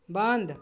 बंद